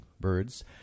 birds